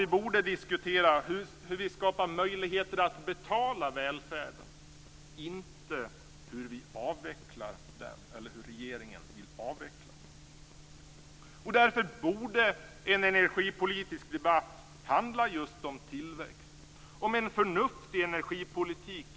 Vi borde diskutera hur vi skapar möjligheter att betala välfärden, inte hur regeringen vill avveckla den. Därför borde en energipolitisk debatt handla just om tillväxt och om en förnuftig energipolitik.